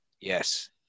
yes